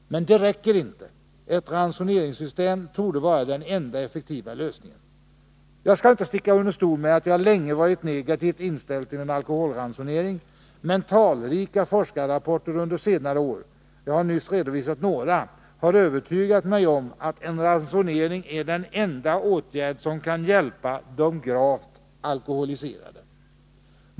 Men det räcker inte! Ett ransoneringssystem torde vara den enda effektiva lösningen. Jag skallinte sticka under stol med att jag länge varit negativt inställd till en alkoholransonering, men talrika forskarrapporter under senare år — jag har nyss redovisat några — har övertygat mig om att en ransonering är den enda åtgärd som kan hjälpa de gravt alkoholiserade.